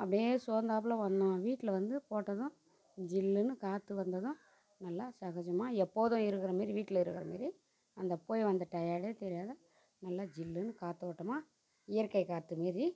அப்படே சோர்ந்தாப்ல வந்தோம் வீட்டில் வந்து போட்டதும் ஜில்லுன்னு காற்று வந்ததும் நல்லா சகஜமா எப்போதும் இருக்கிற மாரி வீட்டில் இருக்கிற மாரி அந்த போய் வந்த டயர்டே தெரியாத நல்லா ஜில்லுன்னு காற்றோட்டமா இயற்கை காற்று மாரி